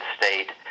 State